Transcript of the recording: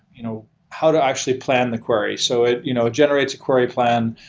you know how to actually plan the query so it you know generates a query plan,